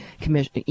Commission